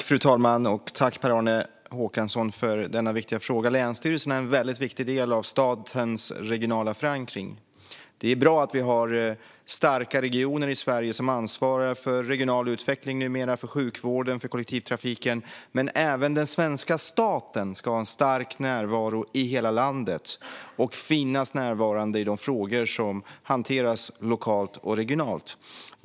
Fru talman! Jag tackar Per-Arne Håkansson för denna viktiga fråga. Länsstyrelserna är en väldigt viktig del av statens regionala förankring. Det är bra att vi har starka regioner i Sverige som ansvarar för regional utveckling och numera för sjukvården och kollektivtrafiken. Men även den svenska staten ska ha en stark närvaro i hela landet och finnas närvarande i de frågor som hanteras lokalt och regionalt.